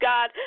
God